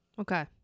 Okay